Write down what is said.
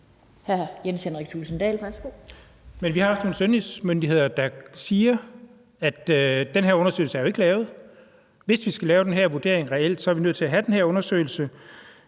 vi har jo også nogle sundhedsmyndigheder, der siger, at den her undersøgelse ikke er lavet, og vi er, hvis vi reelt skal lave den her vurdering, nødt til at have den her undersøgelse.